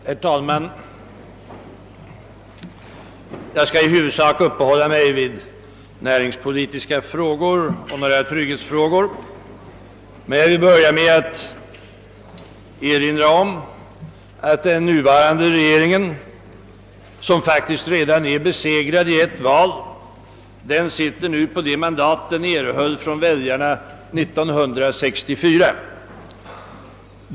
Herr talman! Jag skall i huvudsak uppehålla mig vid näringspolitiska frå gor och några trygghetsfrågor, men jag vill börja med att erinra om att den nuvarande regeringen faktiskt redan blivit besegrad i ett val. Den sitter nu på mandat som den erhöll av väljarna 1964.